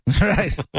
Right